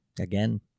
Again